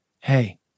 hey